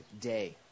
day